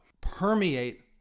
permeate